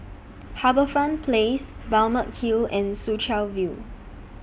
HarbourFront Place Balmeg Hill and Soo Chow View